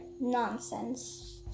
Nonsense